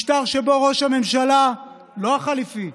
משטר שבו ראש הממשלה, לא החלופי,